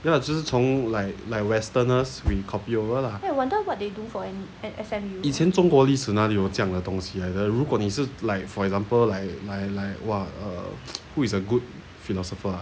ya lah 就是从:jiu shicong like like westerners we copy over lah 以前中国历史哪里有这样的东西来的如果你是 like for example like like like what err who is a good philosopher ah